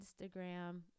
Instagram